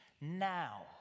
now